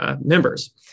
members